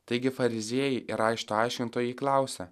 taigi fariziejai ir rašto aiškintojai klausia